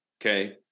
okay